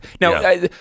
now